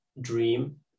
dream